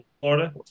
Florida